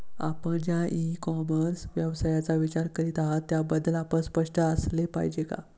आपण ज्या e commerce व्यवसायाचा विचार करीत आहात त्याबद्दल आपण स्पष्ट असले पाहिजे का?